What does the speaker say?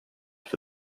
for